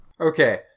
Okay